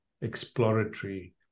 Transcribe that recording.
exploratory